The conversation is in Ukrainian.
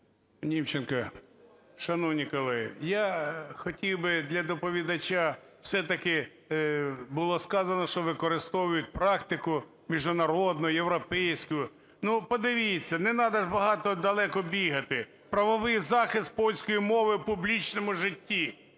Німченко. Шановні колеги, я хотів би для доповідача, все-таки було сказано, що використовують практику міжнародну, європейську. Ну, подивіться, не треба далеко бігати, правовий захист польської мови в публічному житті.